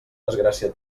desgràcia